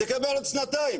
תקבל עוד שנתיים,